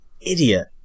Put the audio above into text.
idiot